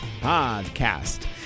Podcast